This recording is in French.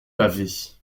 pavés